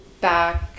back